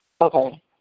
Okay